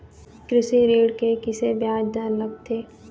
कृषि ऋण के किसे ब्याज दर लगथे?